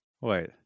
Wait